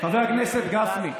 חבר הכנסת גפני,